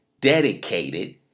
dedicated